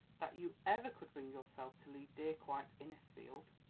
that you ever could bring yourself to leave dear, quiet innisfield.